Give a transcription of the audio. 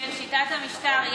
שיטת המשטר.